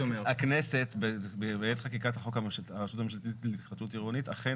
הכנסת בעת חקיקת החוק הרשות הממשלתית להתחדשות עירונית אכן